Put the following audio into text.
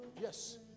yes